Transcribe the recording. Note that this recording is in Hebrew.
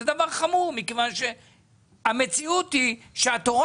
זה דבר חמור מכיוון שהמציאות היא שהתורה